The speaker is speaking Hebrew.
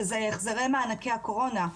שהוא החזרי מענקי הקורונה.